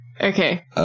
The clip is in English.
okay